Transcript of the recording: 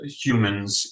humans